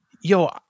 yo